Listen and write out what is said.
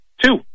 two